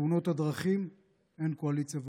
בתאונות הדרכים אין קואליציה ואופוזיציה.